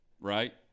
right